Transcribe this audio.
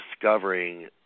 discovering